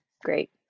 great